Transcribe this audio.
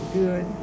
good